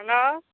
hello